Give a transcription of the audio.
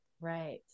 Right